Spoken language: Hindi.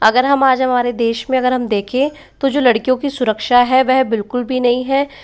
अगर हम आज हमारे देश में अगर हम देखें तो जो लड़कियों की सुरक्षा है वह बिल्कुल भी नहीं है